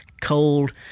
cold